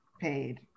paid